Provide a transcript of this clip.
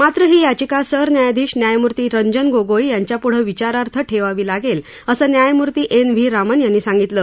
मात्र ही याचिका सरन्यायाधीश न्यायमूर्ती रंजन गोगोई यांच्यापुढं विचारार्थ ठेवावी लागेल असं न्यायमूर्ती एन व्ही रामन यांनी सांगितलं